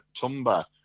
Tumba